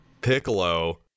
Piccolo